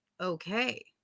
okay